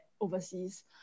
overseas